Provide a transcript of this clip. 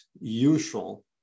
usual